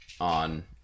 on